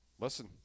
Listen